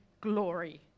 glory